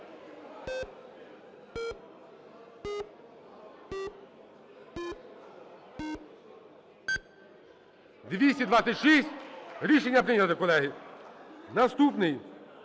За-226 Рішення прийнято, колеги. Наступний.